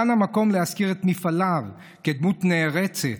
כאן המקום להזכיר את מפעליו כדמות נערצת